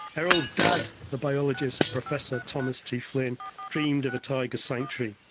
errol's dad, the biologist professor thomas t. flynn dreamed of a tiger sanctuary.